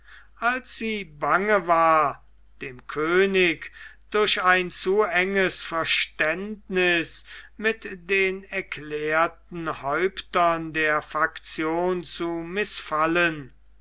als sie bange war dem könig durch ein zu enges verständniß mit den erklärten häuptern der faktion zu mißfallen